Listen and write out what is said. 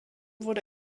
wurde